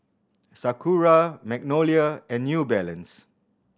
Sakura Magnolia and New Balance